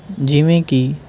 ਜਿਵੇਂ ਕਿ